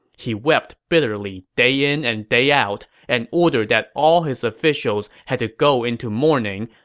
he wept bitterly day in and day out and ordered that all his officials had to go into mourning.